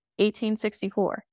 1864